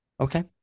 Okay